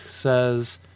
says